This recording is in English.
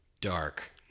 dark